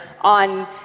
on